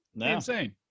insane